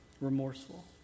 remorseful